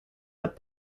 but